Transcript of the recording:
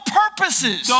purposes